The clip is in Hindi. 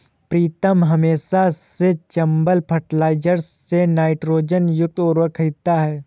प्रीतम हमेशा से चंबल फर्टिलाइजर्स से नाइट्रोजन युक्त उर्वरक खरीदता हैं